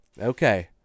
okay